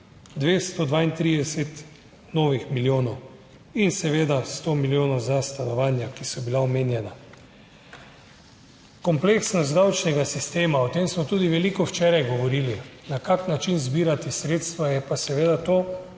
milijonov in seveda sto milijonov za stanovanja, ki so bila omenjena. Kompleksnost davčnega sistema, o tem smo tudi veliko včeraj govorili, na kak način zbirati sredstva, je pa seveda to,